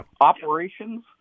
operations